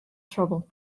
trouble